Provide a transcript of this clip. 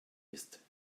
ist